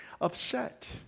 upset